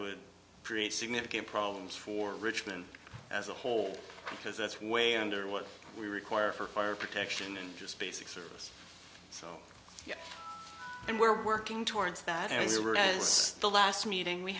would create significant problems for richmond as a whole because that's way under what we require for fire protection and just basic service so yeah and we're working towards that as it were as the last meeting we